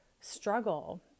struggle